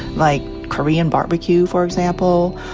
like korean barbecue, for example.